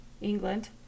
England